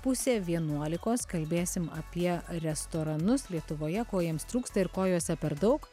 pusė vienuolikos kalbėsim apie restoranus lietuvoje ko jiems trūksta ir ko juose per daug